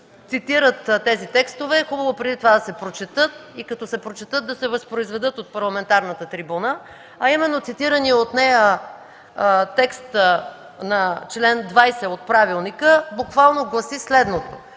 цитират тези текстове, е хубаво преди това да се прочетат и като се прочетат, да се възпроизведат от парламентарната трибуна, а именно цитирания от нея текст на чл. 20 от Правилника буквално гласи следното: